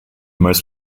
most